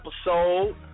episode